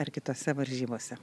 ar kitose varžybose